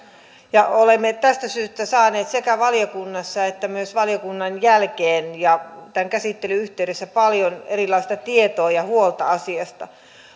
olemme tästä syystä saaneet sekä valiokunnassa että myös valiokunnan jälkeen ja tämän käsittelyn yhteydessä paljon erilaista tietoa ja huolta asiasta